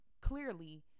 clearly